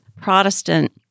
Protestant